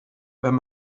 wenn